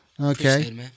Okay